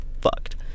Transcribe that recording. fucked